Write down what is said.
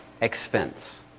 expense